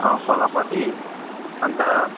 अँ खोलापट्टि अन्त